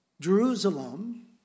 Jerusalem